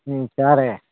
ꯎꯝ ꯆꯥꯔꯦ